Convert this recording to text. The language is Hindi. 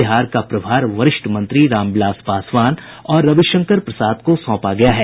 बिहार का प्रभार वरिष्ठ मंत्री रामविलास पासवान और रविशंकर प्रसाद को सौंपा गया है